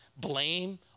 blame